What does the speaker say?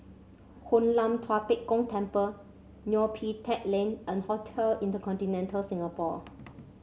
Hoon Lam Tua Pek Kong Temple Neo Pee Teck Lane and Hotel InterContinental Singapore